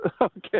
Okay